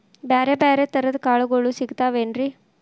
ಬ್ಯಾರೆ ಬ್ಯಾರೆ ತರದ್ ಕಾಳಗೊಳು ಸಿಗತಾವೇನ್ರಿ?